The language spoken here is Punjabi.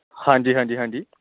ਹਾਂਜੀ ਹਾਂਜੀ ਹਾਂਜੀ